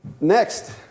Next